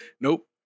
nope